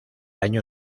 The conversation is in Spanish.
año